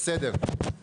בסדר.